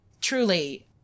truly